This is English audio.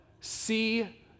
See